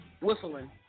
whistling